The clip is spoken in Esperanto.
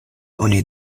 oni